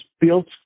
built